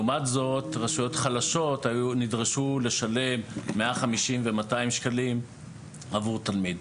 לעומת זאת רשויות חלשות נדרשו לשלם 150 ו- 200 שקלים עבור תלמיד.